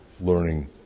learning